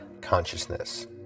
consciousness